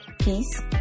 peace